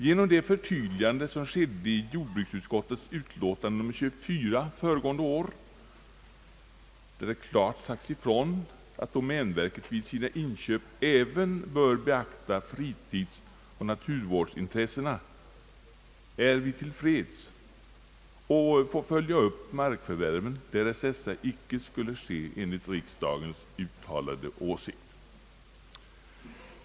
Genom det förtydligande som gjordes i jordbruksutskottets utlåtande nr 24 föregående år, där det klart sagts ifrån att domänverket vid sina inköp även bör beakta fritidsoch naturvårdsintressena, är vi till freds och får följa upp markförvärven, därest dessa icke skulle ske enligt riksdagens uttalade åsikt.